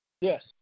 Yes